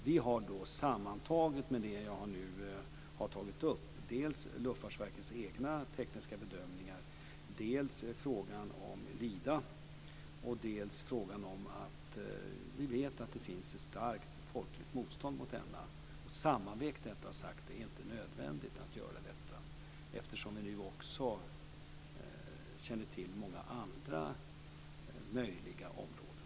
Vi har sammanvägt Luftfartsverkets egna tekniska bedömningar, frågan om Lida samt att vi vet att det finns ett starkt folkligt motstånd och sagt att det inte är nödvändigt att göra detta, eftersom vi nu känner till många andra möjliga områden.